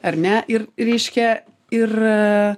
ar ne ir reiškia ir